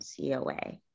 COA